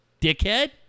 Dickhead